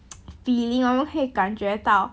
feeling 会感觉到